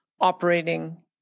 operating